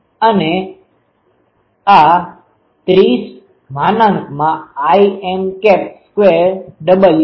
અને આ 30Im2 W છે